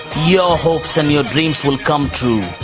your hopes and your dreams will come true.